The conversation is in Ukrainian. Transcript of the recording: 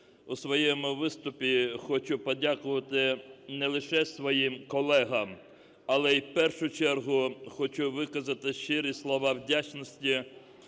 У своєму виступі хочу подякувати не лише своїм колегам, але і в першу чергу хочу виказати щирі слова вдячності